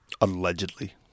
allegedly